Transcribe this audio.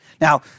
Now